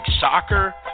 soccer